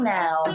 now